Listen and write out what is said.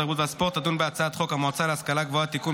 התרבות והספורט תדון בהצעת חוק המועצה להשכלה גבוהה (תיקון,